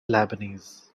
lebanese